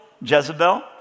Jezebel